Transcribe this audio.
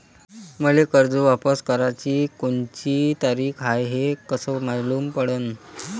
मले कर्ज वापस कराची कोनची तारीख हाय हे कस मालूम पडनं?